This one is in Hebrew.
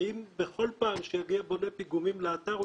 האם בכל פעם שיגיע בונה פיגומים לאתר הוא